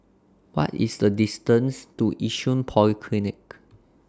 What IS The distance to Yishun Polyclinic